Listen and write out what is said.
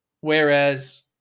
Whereas